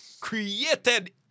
created